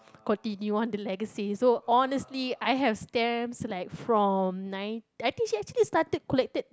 continue on the legacy so honestly I have stamps like from nine I think she actually started collected